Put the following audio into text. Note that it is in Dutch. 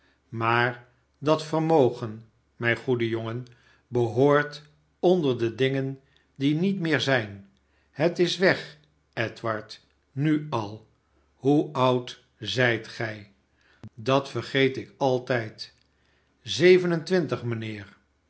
maar dat vermogen mijn goede jongen behoort onder de dingen die niet meer zijn het is weg edward nu al hoe oud zijt gij dat vergeetikaltijd zeven en twintig mijnheer